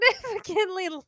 significantly